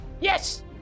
Yes